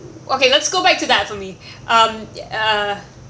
okay let's go back to that for me um uh